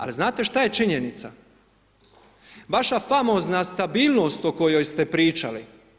Ali znate šta je činjenica, vaša famozna stabilnost o kojoj ste pričali.